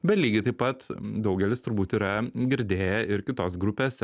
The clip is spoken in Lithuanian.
bet lygiai taip pat daugelis turbūt yra girdėję ir kitos grupės